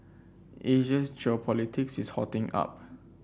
Asia's geopolitics is hotting up